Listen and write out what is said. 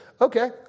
okay